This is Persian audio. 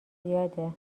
زیاده